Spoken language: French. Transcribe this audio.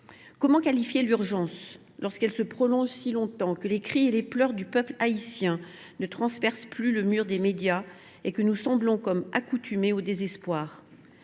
Comment qualifier l’urgence, lorsqu’elle se prolonge si longtemps, que les cris et les pleurs du peuple haïtien ne transpercent plus le mur des médias, et que nous semblons comme accoutumés au désespoir ?